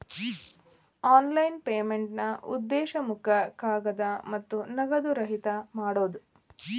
online ಪೇಮೆಂಟ್ನಾ ಉದ್ದೇಶ ಮುಖ ಕಾಗದ ಮತ್ತ ನಗದು ರಹಿತ ಮಾಡೋದ್